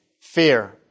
fear